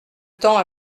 temps